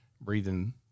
breathing